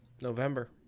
November